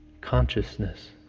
consciousness